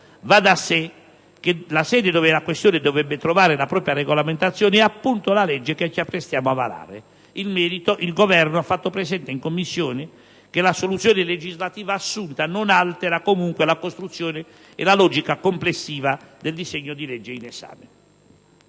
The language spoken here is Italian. Va da sé che la sede dove la questione dovrebbe trovare la propria regolamentazione è appunto la legge che ci apprestiamo a varare. In merito il Governo ha fatto presente in Commissione che la soluzione legislativa assunta non altera comunque la costruzione e la logica complessiva del disegno di legge in esame.